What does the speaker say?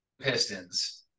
Pistons